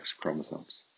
chromosomes